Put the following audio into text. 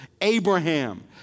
Abraham